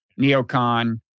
neocon